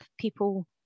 people